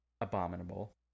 Abominable